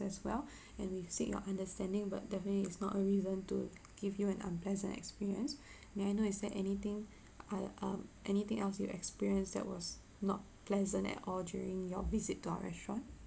as well and we seek your understanding but definitely it's not a reason to give you an unpleasant experience may I know is there anything I err anything else you experienced that was not pleasant at all during your visit to our restaurant